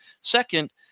Second